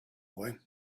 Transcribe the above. boy